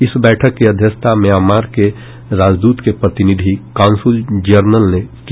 इस बैठक की अध्यक्षता म्यांमार के राजदूत के प्रतिनिधि कांसूल जरनल ने की